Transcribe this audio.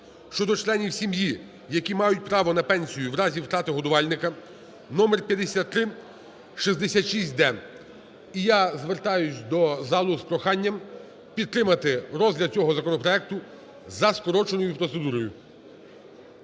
щодо членів сім'ї, які мають право на пенсію в разі втрати годувальника (№5366-д). І я звертаюсь до залу з проханням підтримати розгляд цього законопроекту за скороченою процедурою.